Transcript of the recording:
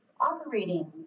operating